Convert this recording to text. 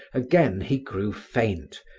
again he grew faint,